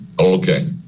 Okay